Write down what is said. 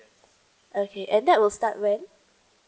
okay and that will start when